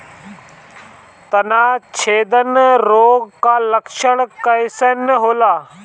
तना छेदक रोग का लक्षण कइसन होला?